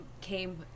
came